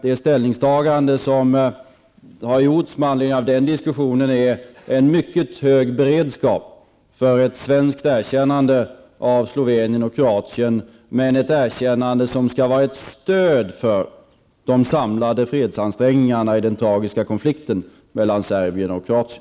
Det ställningstagande som gjorts med anledning av den diskussionen är att vi har en mycket hög beredskap för ett svensk erkännande av Slovenien och Kroatien, men det är fråga om ett erkännande som skall vara ett stöd för de samlade fredsansträngningarna i den tragiska konflikten mellan Serbien och Kroatien.